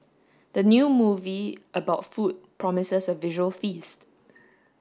the new movie about food promises a visual feast